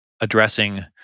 addressing